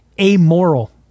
amoral